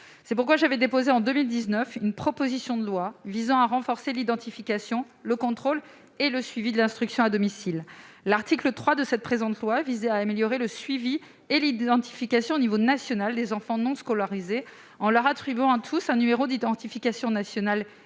C'est pourquoi j'avais déposé, en 2019, une proposition de loi visant à renforcer l'identification, le contrôle et le suivi de l'instruction à domicile. L'article 3 de ce texte visait à améliorer le suivi et l'identification à l'échelon national des enfants non scolarisés en leur attribuant à tous un numéro d'identification national